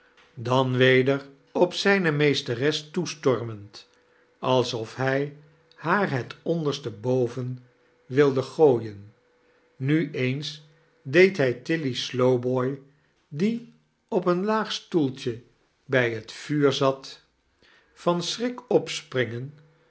dan weder op zijne meesteres loesitormend alsof hij haar het omderste bocvem wilde gooien nu eens deed hij tilly slowboy die op een laag stoeltje bij het vuur zat en